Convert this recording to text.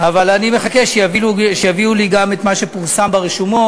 אבל אני מחכה שיביאו לי גם את מה שפורסם ברשומות.